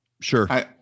Sure